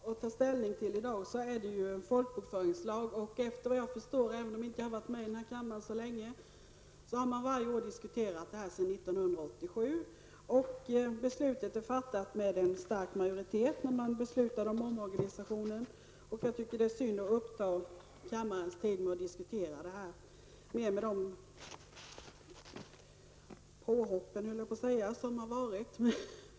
Fru talman! Vi har i dag att ta ställning till en folkbokföringslag. Även om jag inte har varit med i denna kammare så länge förstår jag att man har diskuterat detta varje år sedan 1987. Beslutet om omorganisationen fattades beslutet med stor majoritet. Jag tycker att det är synd att ta upp kammarens tid med att diskutera det här utifrån de påhopp som har gjorts.